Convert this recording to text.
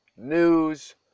news